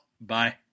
Bye